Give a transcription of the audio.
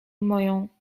moją